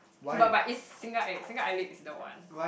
but but is single eyelid single eyelid is the one